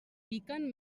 piquen